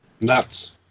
Nuts